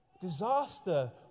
Disaster